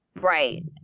Right